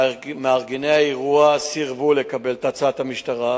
מארגני האירוע סירבו לקבל את הצעת המשטרה